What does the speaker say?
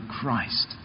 Christ